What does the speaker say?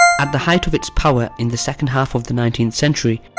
at the height of its power in the second-half of the nineteenth century,